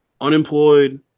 unemployed